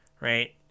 Right